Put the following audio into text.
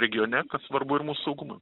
regione kas svarbu ir mūsų saugumui